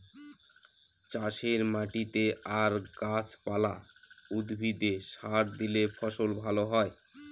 চাষের মাটিতে আর গাছ পালা, উদ্ভিদে সার দিলে ফসল ভালো হয়